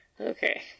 okay